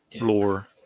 lore